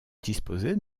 disposait